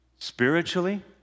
spiritually